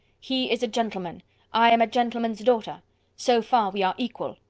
he is a gentleman i am a gentleman's daughter so far we are equal.